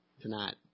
tonight